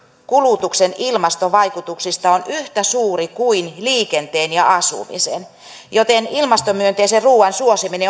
kulutuksen ilmastovaikutuksista on yhtä suuri kuin liikenteen ja asumisen joten ilmastomyönteisen ruuan suosiminen